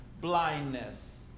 blindness